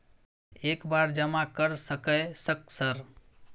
एक बार जमा कर सके सक सर?